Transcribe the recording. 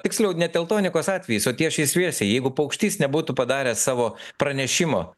tiksliau ne teltonikos atvejis o tiešiai šviesiai jeigu paukštys nebūtų padaręs savo pranešimo